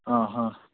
ಆಂ ಹಾಂ